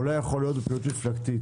או לא יכול להיות בפעילות מפלגתית?